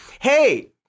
hey